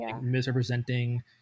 misrepresenting